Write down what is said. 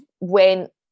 went